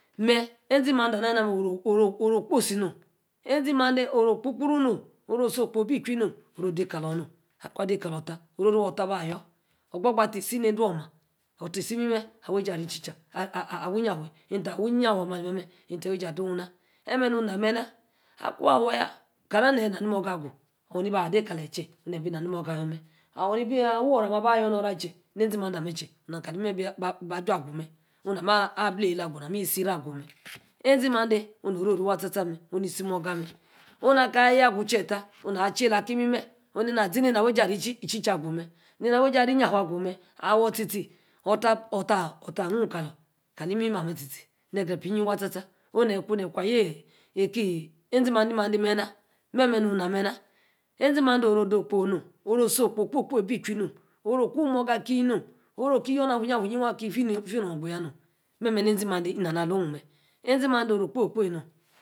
Mer-ezi, mande, ana, ali-na mer oru, okposi nom ozi mande oru okpo-kporu nom, oru-osom-okpo bi-ichui non oru, ode-kalor nom, aku ade-kalor ta oro-ri tsa-tsa, waba-ayor ogbo-gba tie si, nede-woma, otie, isi-imimem awey eji wrrey iche-chai, awi, iyonfe, nta awi-iyanfe amer meh, eta, tie- esi, adu, nah mer-me nun ina-men-a, akwa awor-ya kana, ne-nani-morga agu, awor ni-ba, ade-kaleyi che ne-bi-nani-monga amemo awor, ni-bi, aworu-mah, aba yor zi nora che, ne-zi, mande ma-che nam kali-imi-mer ba aju, agume, nami, able- yelah-agu, nami-isi-ri agu, mer, oni-isi-morga mer, onu naka. aya-agu, cheta, oh, na-aba chela, aki, imimer, onu, nena, owey ejie arrey iynafe agu-me, awor, tie, tie ofa, ta anu-kaleyi kali-imimer-amer, tie-tie, ne-gret epa iyi-yi wan, sta-sta, oh ne-ku, ayeh, ekie-ezi-mande-mande, mena, memenu-na mena, ezi mande oru. odo-okpo, nom oro-oso-okpo, kposi kposi be- ichu nom oru, oku, wi-mor sah ki nom oru, ki, yor, na, awi-ya-awi-yi, ki fie, non guya nom, memer, ne-ezi mande ina-alon-mer, ezi-mande. oru okposi nom.